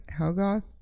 Helgoth